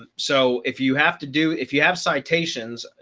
ah so if you have to do if you have citations,